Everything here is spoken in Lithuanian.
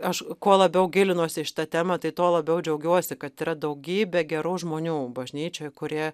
aš kuo labiau gilinuosi į šitą temą tai tuo labiau džiaugiuosi kad yra daugybė gerų žmonių bažnyčioj kurie